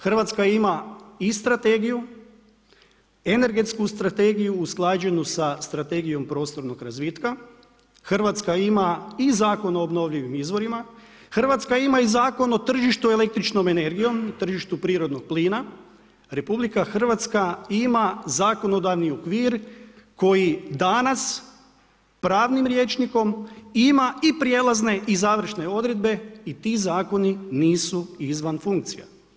Hrvatska ima i strategiju, energetsku strategiju, usklađenu sa strategijom prostornog razvitka, Hrvatska ima i Zakon o obnovljivim izvorima, Hrvatska ima i Zakon o tržištu eklektičnom energiju, tržištu prirodnog plina, RH ima zakonodavni okvir, koji danas, pravnim rječnikom, ima i prijelazne i završne odredbe i ti zakoni nisu izvan funkcija.